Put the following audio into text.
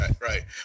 right